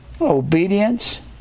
Obedience